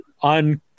on